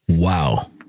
Wow